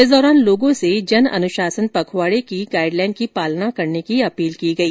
इस दौरान लोगों से जन अनुशासन पखवाड़े की गाइड लाइन का पालन करने की अपील की गई